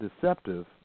deceptive